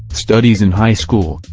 studies in high school,